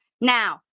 Now